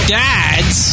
dads